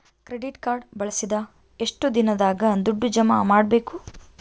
Credit card ಬಳಸಿದ ಎಷ್ಟು ದಿನದಾಗ ದುಡ್ಡು ಜಮಾ ಮಾಡ್ಬೇಕು?